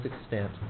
extent